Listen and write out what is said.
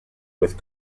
with